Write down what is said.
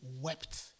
Wept